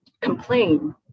complain